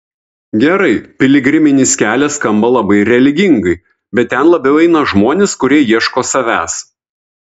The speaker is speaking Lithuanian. gerai piligriminis kelias skamba labai religingai bet ten labiau eina žmonės kurie ieško savęs